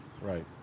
Right